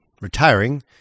retiring